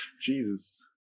Jesus